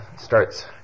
starts